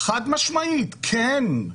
חד משמעית, כן.